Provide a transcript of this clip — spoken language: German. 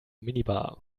minibar